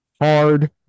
hard